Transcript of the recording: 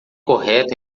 correto